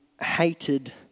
hated